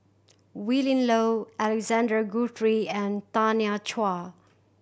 Willin Low Alexander Guthrie and Tanya Chua